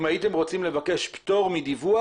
אם הייתם רוצים לבקש פטור מדיווח,